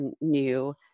new